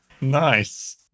Nice